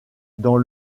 dans